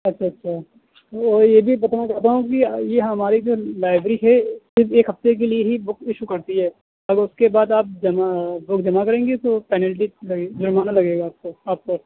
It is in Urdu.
اچھا اچھا اور یہ بھی بتانا چاہتا ہوں کہ یہ ہماری جو لائبری ہے صرف ایک ہفتے کے لیے ہی بک ایشو کرتی ہے اگر اس کے بعد آپ جمع اور جمع کریں گی تو پینلٹی لگے جرمانہ لگے گا آپ کو آپ پر